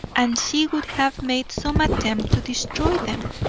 and she would have made some attempt to destroy them,